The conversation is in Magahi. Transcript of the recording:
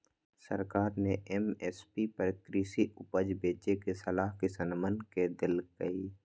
सरकार ने एम.एस.पी पर कृषि उपज बेचे के सलाह किसनवन के देल कई